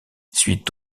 suite